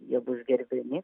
jie bus gerbiami